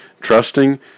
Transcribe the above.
Trusting